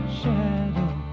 shadow